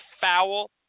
foul